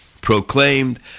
proclaimed